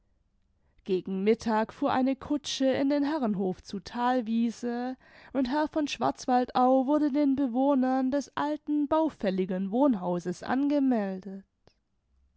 gegen mittag fuhr eine kutsche in den herrenhof zu thalwiese und herr von schwarzwaldau wurde den bewohnern des alten baufälligen wohnhauses angemeldet